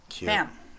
Bam